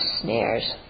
snares